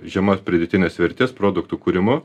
žemos pridėtinės vertės produktų kūrimu